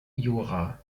jura